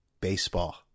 baseball